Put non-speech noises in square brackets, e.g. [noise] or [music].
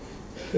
[breath]